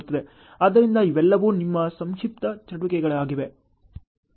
ಆದ್ದರಿಂದ ಇವೆಲ್ಲವೂ ನಿಮ್ಮ ಸಂಕ್ಷಿಪ್ತ ಚಟುವಟಿಕೆಗಳಾಗಿವೆ